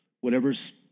whatever's